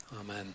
Amen